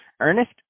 Ernest